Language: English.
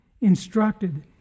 instructed